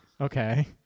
Okay